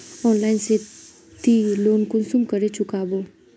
Online से ती loan कुंसम करे चुकाबो?